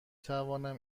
توانم